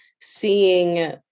seeing